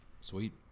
Sweet